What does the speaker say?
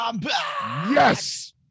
yes